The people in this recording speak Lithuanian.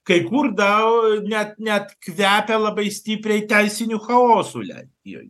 kai kur dau net net kvepia labai stipriai teisiniu chaosu le joj